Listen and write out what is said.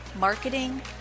marketing